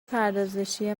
پردازشی